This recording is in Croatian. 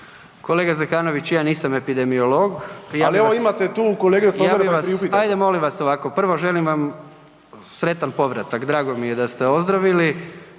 Kolega Zekanović ja nisam epidemiolog …/Upadica: Ali evo imate tu kolege su stožeru pa priupitajte./… ajde molim vas ovako, prvo želim vam sretan povratak, drago mi je da ste ozdravili